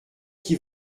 qui